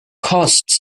costs